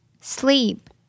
Sleep